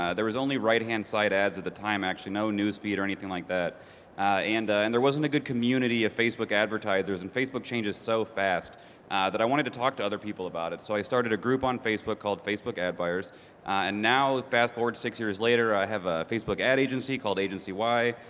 ah there was only right-hand-side ads at the time actually, no news feed or anything like that and and there wasn't a good community of facebook advertisers, and facebook changes so fast that i wanted to talk to other people about it. so i started a group on facebook called facebook ad buyers and now fast-forward six years later, i have a facebook ad agency called agency y,